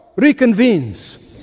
reconvenes